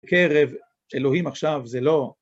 קרב אלוהים עכשיו זה לא